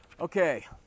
Okay